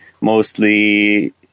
mostly